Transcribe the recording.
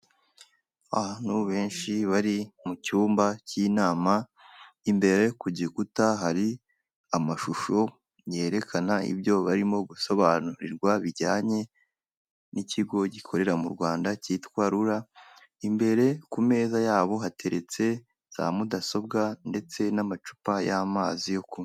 Abantu benshi bari mu cyumba cy'inama imbere ku gikuta hari amashusho yerekana ibyo barimo gusobanurirwa, bijyanye n'ikigo gikorera mu rwanda kitwa rura imbere ku meza yabo hateretse za mudasobwa ndetse n'amacupa y'amazi yo kunywa.